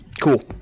Cool